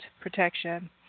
protection